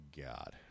God